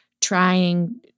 trying